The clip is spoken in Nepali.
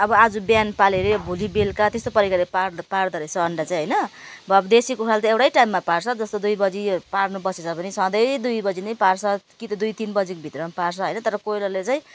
अब आज बिहान पालेर भोलि बेलुका त्यस्तो प्रकारले पार्दा पार्दो रहेछ अन्डा चाहिँ होइन भएन देसी कुखुराे एउटा टाइममा पार्छ जस्तो दुई बजी पार्नु बसेको छ भने सधैँ दुई बजी नै पार्छ कि त दुई तिन बजीभित्रमा पार्छ होइन तर कोइलरले चाहिँ